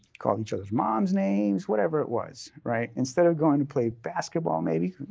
call each other's moms names, whatever it was, right? instead of going to play basketball maybe,